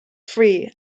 free